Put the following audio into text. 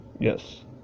Yes